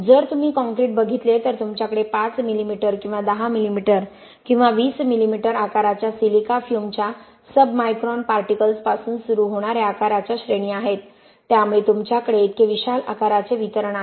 जर तुम्ही काँक्रीट बघितले तर तुमच्याकडे 5 मिलीमीटर किंवा 10 मिलिमीटर किंवा 20 मिलिमीटर आकाराच्या सिलिका फ्यूमच्या सबमायक्रॉन पार्टिकल्स पासून सुरू होणाऱ्या आकाराच्या श्रेणी आहेत त्यामुळे तुमच्याकडे इतके विशाल आकाराचे वितरण आहे